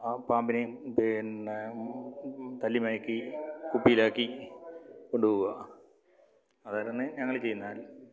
ആ പാമ്പിനേം പിന്നെ തല്ലി മയക്കി കുപ്പിയിലാക്കി കൊണ്ടുപോവുക അതായിരുന്നു ഞങ്ങൾ ചെയ്യുന്നത്